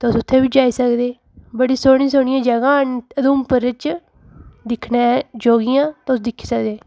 तुस उ'त्थें बी जाई सकदे बड़ी सोह्नियां सोह्नियां जगहां न उधमपुर च दिक्खने जोह्गियां तुस उ'त्थें बी जाई सकदे